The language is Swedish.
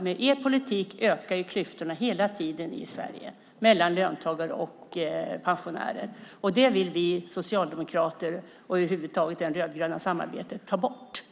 Med er politik ökar klyftorna hela tiden i Sverige mellan löntagare och pensionärer. Det vill vi socialdemokrater och det rödgröna samarbetet ta bort.